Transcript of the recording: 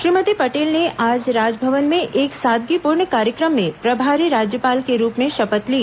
श्रीमती पटेल ने आज राजभवन में एक सादगीपूर्ण कार्यक्रम में प्रभारी राज्यपाल के रूप में शपथ ली